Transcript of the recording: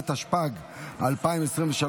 התשפ"ג 2023,